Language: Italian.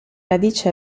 radice